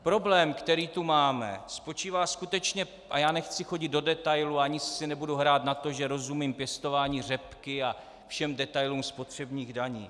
Problém, který tu máme, spočívá skutečně a nechci chodit do detailů ani si nebudu hrát na to, že rozumím pěstování řepky a všem detailům spotřebních daní.